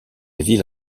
ville